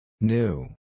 New